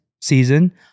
season